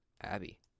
Abby